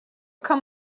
come